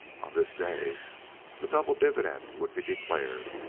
on this day the double dividend would be declared,